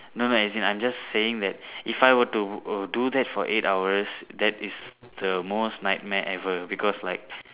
no no as in I'm just saying that if I were to oh do that for eight hours that is the worst nightmare ever because like